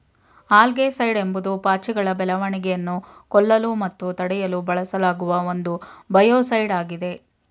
algaecide ಎಂಬುದು ಪಾಚಿಗಳ ಬೆಳವಣಿಗೆಯನ್ನು ಕೊಲ್ಲಲು ಮತ್ತು ತಡೆಯಲು ಬಳಸಲಾಗುವ ಒಂದು ಬಯೋಸೈಡ್ ಆಗಿದೆ